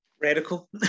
Radical